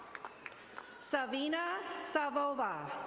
savina savova.